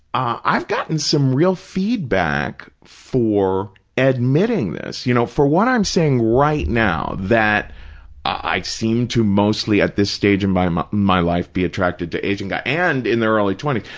i've gotten some real feedback for admitting this. you know, for what i'm saying right now, that i seem to mostly, at this stage in my my life, be attracted to asian guys, and in their early twenty